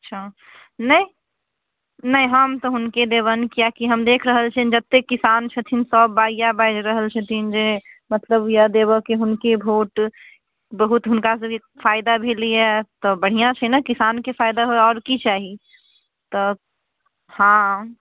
अच्छा नहि नहि हम तऽ हुनके देबनि किएकि हम देखि रहल छिअनि जतेक किसान छथिन सब बाइ इएह बाजि रहल छथिन जे मतलब या देबऽके हुनके भोट बहुत हुनका सबके फायदा भेलैया तऽ बढ़िआँ छै ने किसानके फायदा होइत आओर की चाही तऽ हँ